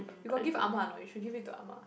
you got give Ah-Ma a not you should give it to Ah-Ma